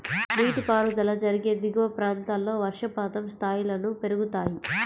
నీటిపారుదల జరిగే దిగువ ప్రాంతాల్లో వర్షపాతం స్థాయిలను పెరుగుతాయి